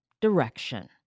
direction